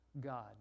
god